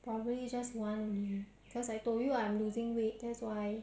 contain important energy vitamins and without them 你每次都